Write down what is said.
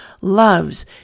loves